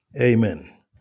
Amen